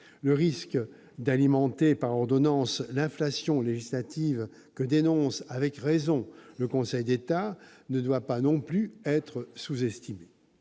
Le risque d'alimenter par ordonnances l'inflation législative, que dénonce avec raison le Conseil d'État, ne doit pas non plus être sous-estimé.